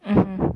mmhmm